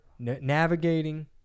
navigating